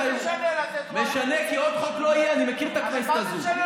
מה זה משנה,